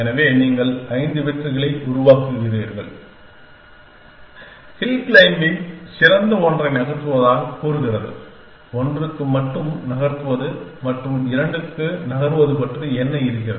எனவே நீங்கள் ஐந்து வெற்றிகளை உருவாக்குகிறீர்கள் ஹில் க்ளைம்பிங் சிறந்த ஒன்றை நகர்த்துவதாகக் கூறுகிறது 1 க்கு மட்டும் நகர்த்துவது மற்றும் 2 க்கு நகர்வது பற்றி என்ன இருக்கிறது